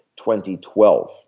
2012